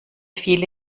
viele